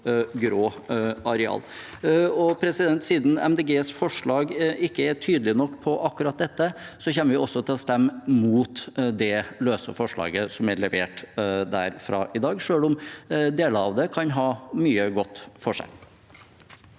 Grønnes forslag ikke er tydelig nok på akkurat dette, kommer vi også til å stemme mot det løse forslaget som er levert derfra i dag, selv om deler av det kan ha mye godt for seg.